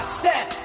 step